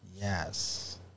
Yes